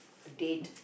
date